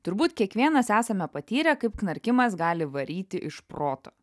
turbūt kiekvienas esame patyrę kaip knarkimas gali varyti iš proto